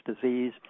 Disease